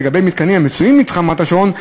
ולגבי מתקנים המצויים במתחם רמת-השרון,